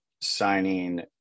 signing